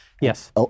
Yes